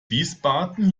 wiesbaden